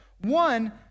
One